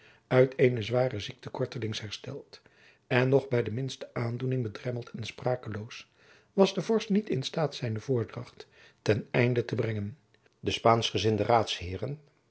uit eene zware ziekte kortelings hersteld en nog bij de minste aandoening bedremmeld en sprakeloos was de vorst niet in staat zijne voordracht ten einde te brengen de spaanschgeinde